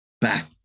back